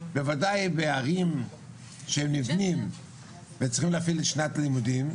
בוודאי בערים שהם נבנים וצריכים להפעיל את שנת הלימודים,